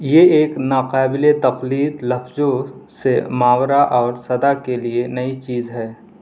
یہ ایک ناقابل تقلید لفظوں سے ماورا اور سدا کے لیے نئی چیز ہے